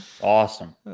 Awesome